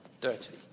dirty